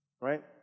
Right